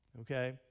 okay